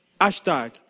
Hashtag